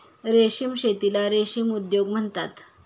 रेशीम शेतीला रेशीम उद्योग म्हणतात